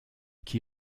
qui